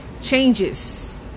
changes